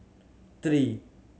three